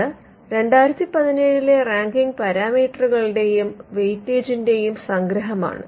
ഇത് 2017 ലെ റാങ്കിങ്ങ് പാരാമീറ്ററുകളുടെയും വെയിറ്റേജിന്റെയും സംഗ്രഹമാണ്